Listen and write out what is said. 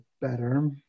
better